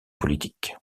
politique